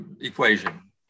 equation